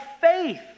faith